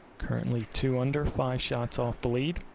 currently two under, five shots off the lead.